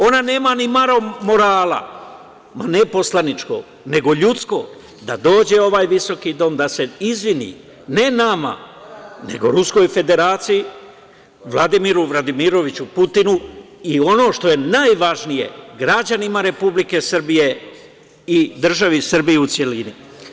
Ona nema ni malo morala, ne poslaničkog, nego ljudskog, da dođe u ovaj visoki Dom da se izvini, ne nama, nego Ruskoj Federaciji, Vladimiru Vladimiroviću Putinu i ono što je najvažnije, građanima Republike Srbije i državi Srbiji u celini.